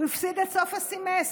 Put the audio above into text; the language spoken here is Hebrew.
הוא הפסיד את סוף הסמסטר.